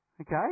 okay